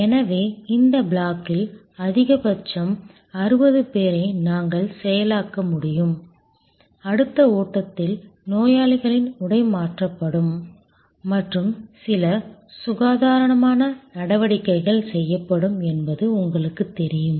எனவே இந்த பிளாக்கில் அதிகபட்சம் 60 பேரை நாங்கள் செயலாக்க முடியும் அடுத்த ஓட்டத்தில் நோயாளிகளின் உடை மாற்றப்படும் மற்றும் சில சுகாதாரமான நடவடிக்கைகள் செய்யப்படும் என்பது உங்களுக்குத் தெரியும்